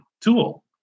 tool